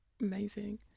amazing